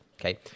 Okay